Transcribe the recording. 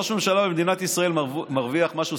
ראש ממשלה במדינת ישראל מרוויח משהו,